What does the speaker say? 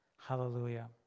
hallelujah